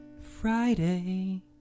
Friday